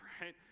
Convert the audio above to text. right